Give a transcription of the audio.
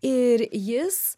ir jis